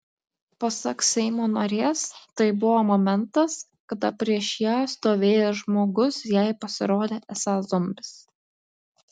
pasak seimo narės tai buvo momentas kada prieš ją stovėjęs žmogus jai pasirodė esąs zombis